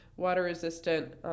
water-resistant